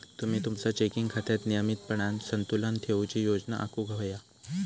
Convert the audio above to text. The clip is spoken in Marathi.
तुम्ही तुमचा चेकिंग खात्यात नियमितपणान संतुलन ठेवूची योजना आखुक व्हया